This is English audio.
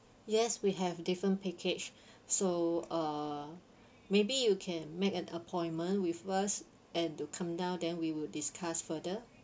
yes we have different package so uh maybe you can make an appointment with us and to come down then we will discuss further